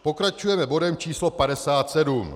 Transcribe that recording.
Pokračujeme bodem číslo 57.